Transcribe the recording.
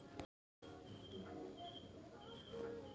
माझ्या खात्यात कितके रुपये आसत?